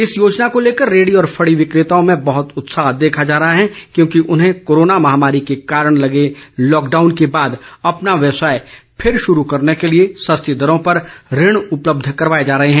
इस योजना को लेकर रेहडी और फड़ी विक्रेताओं में बहुत उत्साह देखा जा रहा है क्योंकिं उन्हें कोरोना महामारी के कारण लगे लॉकडाउन के बाद अपना व्यवसाय फिर शुरू करने के लिए सस्ती दरों पर ऋण उपलब्ध कराए जा रहे हैं